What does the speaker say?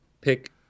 pick